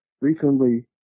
recently